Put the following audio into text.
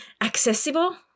accessible